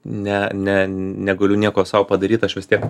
ne ne negaliu nieko sau padaryt aš vis tiek